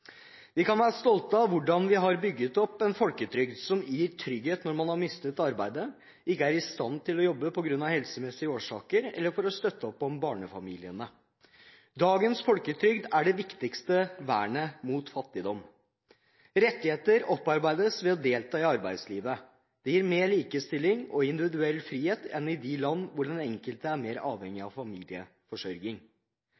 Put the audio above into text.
Vi kan være stolte av hvordan vi har bygd opp en folketrygd som gir trygghet når man har mistet arbeidet, ikke er i stand til å jobbe av helsemessige årsaker eller kan støtte opp om barnefamiliene. Dagens folketrygd er det viktigste vernet mot fattigdom. Rettigheter opparbeides ved å delta i arbeidslivet. Det gir mer likestilling og individuell frihet enn i de land hvor den enkelte er mer avhengig